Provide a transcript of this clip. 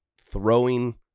throwing